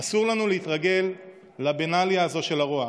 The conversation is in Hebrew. אסור לנו להתרגל לבנאליה הזאת של הרוע.